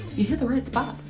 you hit the right spot.